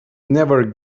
never